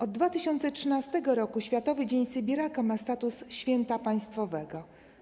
Od 2013 r. Światowy Dzień Sybiraka ma status święta państwowego.